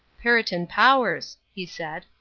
perriton powers, he said.